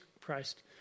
Christ